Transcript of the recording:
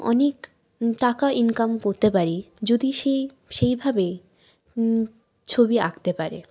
অনেক টাকা ইনকাম করতে পারি যদি সে সেইভাবে ছবি আঁকতে পারে